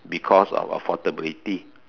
because of affordability